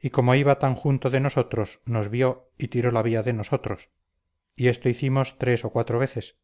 y como iba tan junto de nosotros nos vio y tiró la vía de nosotros y esto hicimos tres o cuatro veces